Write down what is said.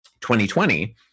2020